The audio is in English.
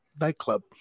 nightclub